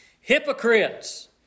hypocrites